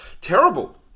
Terrible